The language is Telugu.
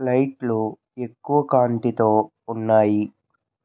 లైట్లు ఎక్కువ కాంతితో ఉన్నాయి